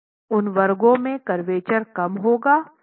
उन वर्गों में करवेचर कम होगी